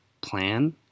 plan